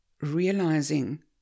realizing